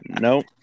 Nope